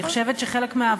אני חושבת שחלק מהעבודה שלנו,